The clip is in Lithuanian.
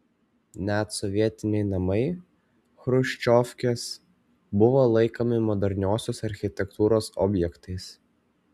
net sovietiniai namai chruščiovkės buvo laikomi moderniosios architektūros objektais